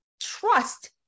trust